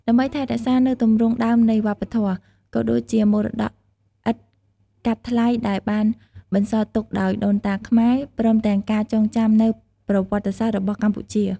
ដើម្បីថែរក្សានូវទម្រង់ដើមនៃវប្បធម៌ ក៏ដូចជាមរតកឥតកាត់ថ្លៃដែលបានបន្សល់ទុកដោយដូនតាខ្មែរ ព្រមទាំងជាការចងចាំនូវប្រវត្តិសាស្ត្ររបស់កម្ពុជា។